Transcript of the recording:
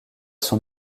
son